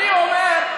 אני אומר,